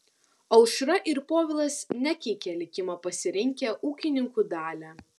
aušra ir povilas nekeikia likimo pasirinkę ūkininkų dalią